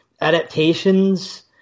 adaptations